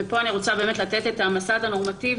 ופה אני רוצה לתת את המסד הנורמטיבי